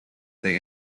they